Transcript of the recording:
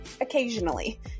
occasionally